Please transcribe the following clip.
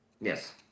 Yes